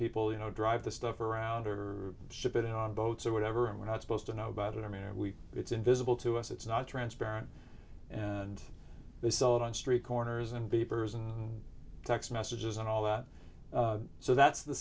people you know drive the stuff around or ship it on boats or whatever and we're not supposed to know about it i mean we it's invisible to us it's not transparent and they sell it on street corners and beepers and text messages and all that so that's the